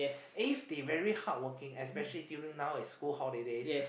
if they very hardworking especially during now is school holidays